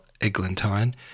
eglantine